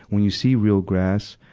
when you see real grass,